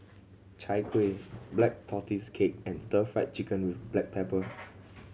Chai Kueh Black Tortoise Cake and Stir Fried Chicken with black pepper